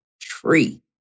tree